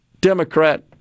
Democrat